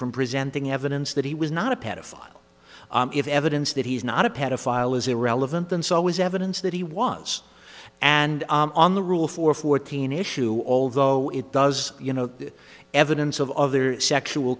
from presenting evidence that he was not a pedophile if evidence that he's not a pedophile is irrelevant then so is evidence that he was and on the rule for fourteen issue although it does you know the evidence of other sexual